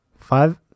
Five